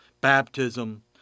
baptism